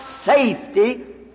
safety